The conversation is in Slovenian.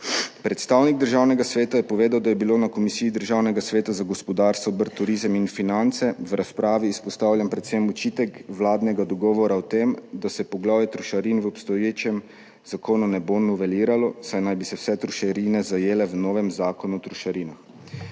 Predstavnik Državnega sveta je povedal, da je bil na Komisiji Državnega sveta za gospodarstvo, obrt, turizem in finance v razpravi izpostavljen predvsem očitek vladnega dogovora o tem, da se poglavje trošarin v obstoječem zakonu ne bo noveliralo, saj naj bi se vse trošarine zajele v novem zakonu o trošarinah.